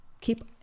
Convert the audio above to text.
keep